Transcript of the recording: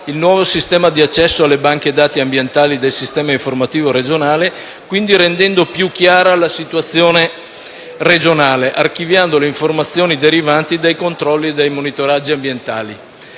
il nuovo sistema di accesso alle banche dati ambientali del sistema informativo regionale, rendendo quindi più chiara la situazione regionale, archiviando le informazioni derivanti dai controlli e dai monitoraggi ambientali.